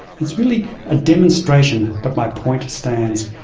it's really a demonstration, but my point stands.